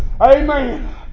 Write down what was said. Amen